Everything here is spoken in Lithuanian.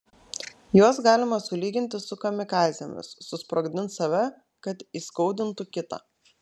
juos galima sulyginti su kamikadzėmis susprogdins save kad įskaudintų kitą